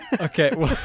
Okay